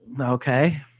Okay